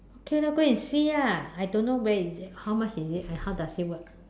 okay lah go and see ah I don't know where is it how much is it and how does it work